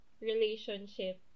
relationship